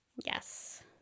Yes